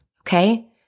okay